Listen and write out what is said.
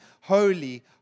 holy